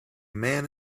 man